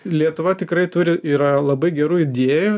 lietuva tikrai turi yra labai gerų idėjų